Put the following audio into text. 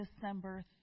December